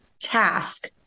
task